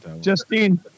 Justine